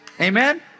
Amen